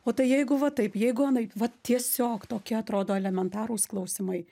o tai jeigu va taip jeigu anaip vat tiesiog tokia atrodo elementarūs klausimai